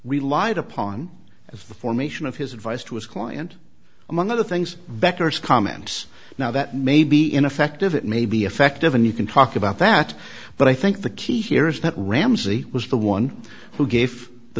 we lied upon as the formation of his advice to a client among other things becker's comments now that may be ineffective it may be effective and you can talk about that but i think the key here is that ramsey was the one who gave the